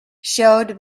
showed